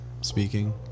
speaking